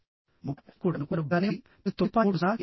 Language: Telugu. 30 అని కూడా అనుకుంటారు బాగానే ఉంది నేను 9